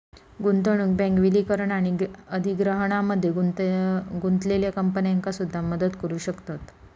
गुंतवणूक बँक विलीनीकरण आणि अधिग्रहणामध्ये गुंतलेल्या कंपन्यांका सुद्धा मदत करू शकतत